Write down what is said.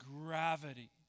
gravity